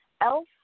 Elf